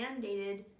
mandated